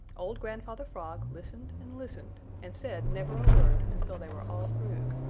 old grandfather frog listened and listened and said never a word until they were all through.